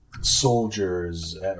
soldiers